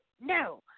no